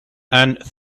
and